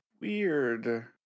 weird